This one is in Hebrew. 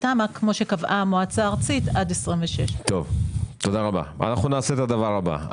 התמ"א כמו שקבעה המועצה הארצית עד 2026. אנחנו נעשה את הדבר הבא,